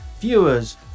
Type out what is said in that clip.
viewers